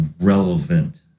relevant